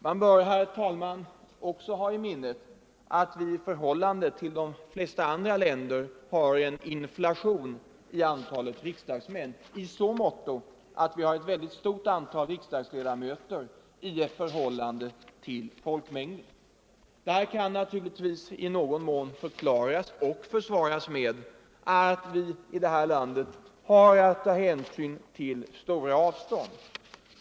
Man bör, herr talman, också hålla i minnet att vi jämfört med många andra länder har en inflation i antalet riksdagsmän i så måtto att vi har ett stort antal riksdagsledamöter i förhållande till folkmängden. Detta kan naturligtvis i någon mån förklaras och försvaras med att vi i vårt land har att ta hänsyn till stora avstånd.